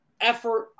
effort